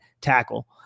tackle